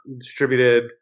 distributed